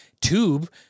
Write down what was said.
tube